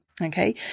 okay